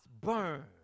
burn